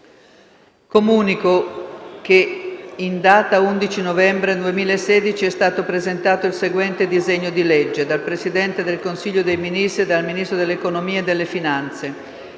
Comunico che in data 11 novembre 2016 è stato presentato il seguente disegno di legge: *dal Presidente del Consiglio dei ministri e dal Ministro dell'economia e delle finanze*: